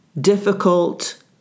difficult